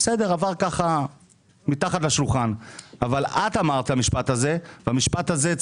עבר מתחת לשולחן אבל את אמרת את המשפט הזה והמשפט הזה,